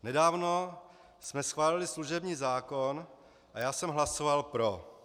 Nedávno jsme schválili služební zákon a já jsem hlasoval pro.